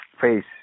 face